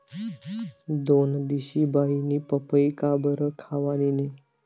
दोनदिशी बाईनी पपई काबरं खावानी नै